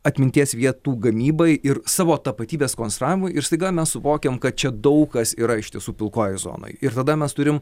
atminties vietų gamybai ir savo tapatybės konstravimui ir staiga mes suvokiam kad čia daug kas yra iš tiesų pilkojoj zonoj ir tada mes turim